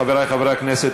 חברי חברי הכנסת,